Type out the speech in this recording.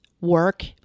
work